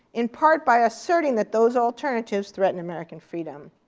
in part by asserting that those alternatives threaten american freedom.